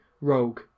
rogue